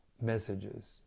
messages